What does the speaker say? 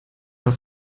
auf